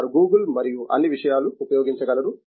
వారు గూగుల్ మరియు అన్ని విషయాలు ఉపయోగించగలరు